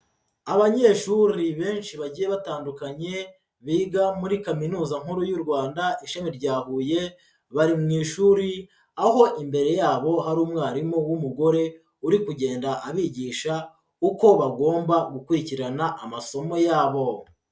Abanyeshuri benshi bagiye batandukanye, biga muri kaminuza nkuru y'u Rwanda ishami rya Huye, bari mu ishuri aho imbere yabo hari umwarimu w'umugore uri kugenda abigisha uko bagomba gukurikirana amasomo yabo.